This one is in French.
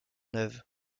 neuve